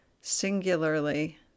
singularly